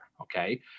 okay